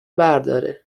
برداره